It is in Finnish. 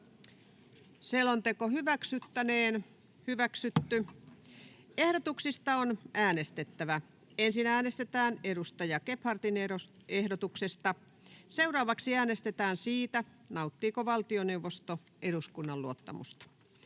Time: N/A Content: Ehdotuksista on äänestettävä. Ensin äänestetään Elisa Gebhardin ehdotuksesta. Seuraavaksi äänestetään siitä, nauttiiko valtioneuvosto eduskunnan luottamusta.